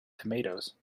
tomatoes